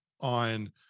on